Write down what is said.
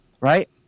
right